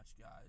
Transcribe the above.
guys